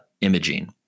imaging